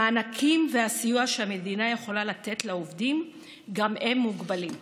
המענקים והסיוע שהמדינה יכולה לתת לעובדים גם הם מוגבלים.